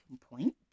point